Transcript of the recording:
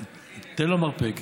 תן לו מרפק.